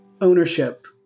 ownership